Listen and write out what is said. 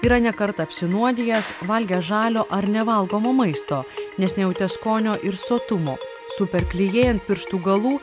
yra ne kartą apsinuodijęs valgęs žalio ar nevalgomo maisto nes nejautė skonio ir sotumo super klijai ant pirštų galų